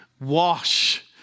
Wash